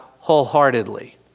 wholeheartedly